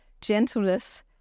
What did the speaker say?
gentleness